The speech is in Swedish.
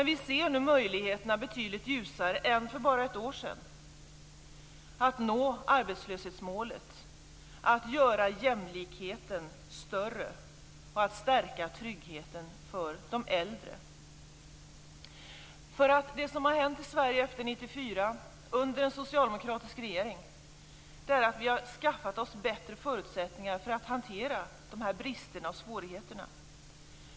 Vi ser nu betydligt ljusare på möjligheterna än för bara ett år sedan. Det handlar om att nå arbetslöshetsmålet, att göra jämlikheten större och att stärka tryggheten för de äldre. Det som har hänt i Sverige sedan 1994, under en socialdemokratisk regering, är att vi har skaffat oss bättre förutsättningar att hantera de här bristerna och svårigheterna.